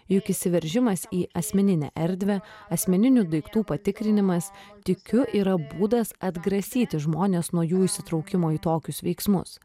juk įsiveržimas į asmeninę erdvę asmeninių daiktų patikrinimas tikiu yra būdas atgrasyti žmones nuo jų įsitraukimo į tokius veiksmus